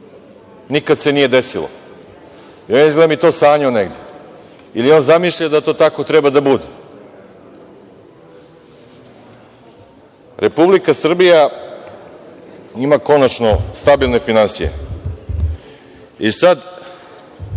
nikad se nije desilo. Izgleda da je to sanjao negde. Ili on zamišlja da to tako treba da bude? Republika Srbija ima konačno stabilne finansije. E sad,